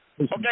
Okay